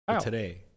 Today